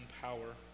power